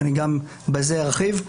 וגם בזה אני ארחיב.